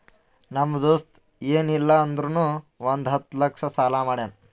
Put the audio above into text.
ನಮ್ ದೋಸ್ತ ಎನ್ ಇಲ್ಲ ಅಂದುರ್ನು ಒಂದ್ ಹತ್ತ ಲಕ್ಷ ಸಾಲಾ ಮಾಡ್ಯಾನ್